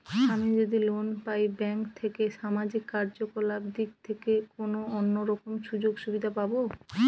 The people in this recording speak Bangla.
আমি যদি লোন পাই ব্যাংক থেকে সামাজিক কার্যকলাপ দিক থেকে কোনো অন্য রকম সুযোগ সুবিধা পাবো?